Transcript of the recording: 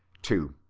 two.